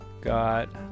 got